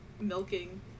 Milking